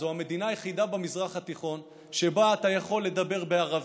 זו המדינה היחידה במזרח התיכון שבה אתה יכול לדבר בערבית,